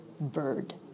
bird